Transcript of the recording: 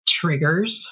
triggers